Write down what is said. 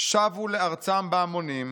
שבו לארצם בהמונים,